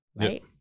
Right